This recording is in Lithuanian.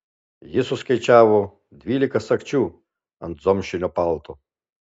jis suskaičiavo dvylika sagčių ant zomšinio palto